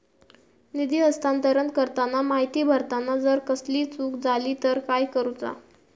निधी हस्तांतरण करताना माहिती भरताना जर कसलीय चूक जाली तर काय करूचा?